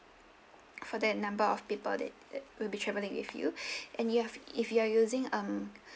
for that number of people that will be travelling with you and if you have if you are using um